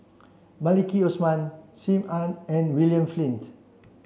Maliki Osman Sim Ann and William Flint